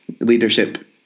leadership